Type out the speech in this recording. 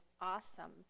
awesome